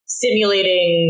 simulating